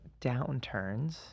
downturns